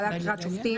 הוועדה לבחירת שופטים,